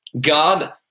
God